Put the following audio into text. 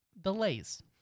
delays